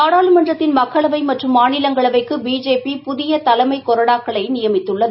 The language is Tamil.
நாடாளுமன்றத்தின் மக்களவைமற்றும் மாநிலங்களவைக்குபிஜேபி புதியதலைமைகொறடாக்களைநியமித்துள்ளது